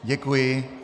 Děkuji.